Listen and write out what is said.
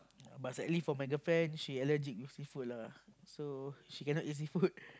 but sadly for my girlfriend she allergic with seafood lah so she cannot eat seafood